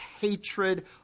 hatred